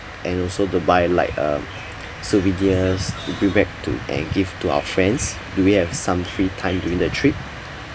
and also to buy like um souvenirs to bring back to and give to our friends do we have some free time during the trip